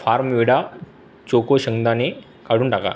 Farmveda choco शेंगदाणे काढून टाका